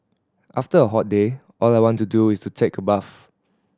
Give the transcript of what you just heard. after a hot day all I want to do is take a bath